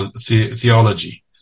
theology